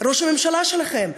ראש הממשלה שלכם,